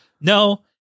No –